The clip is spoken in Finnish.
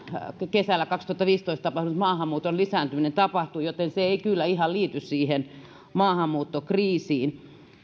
kesällä kaksituhattaviisitoista tapahtunut maahanmuuton lisääntyminen tapahtui joten se ei kyllä ihan liity siihen maahanmuuttokriisiin